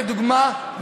לדוגמה,